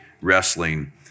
wrestling